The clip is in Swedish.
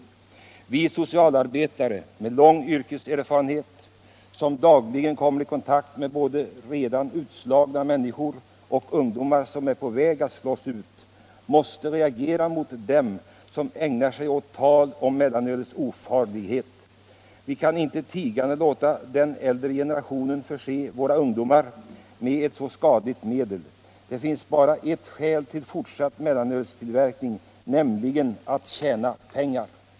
Vi socialarbetare med lång yrkeserfarenhet, som dagligen kommer i kontakt med både redan utslagna människor och ungdomar som är på väg att slås ut, måste reagera mot dem som ägnar sig åt tal om mellanölets ofarlighet. Vi kan inte tigande låta den äldre generationen förse våra ungdomar med ett så skadligt medel. Det finns bara ett skäl till fortsatt mellanölstillverkning, nämligen att tjäna pengar.